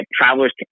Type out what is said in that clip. travelers